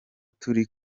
turi